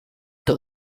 tot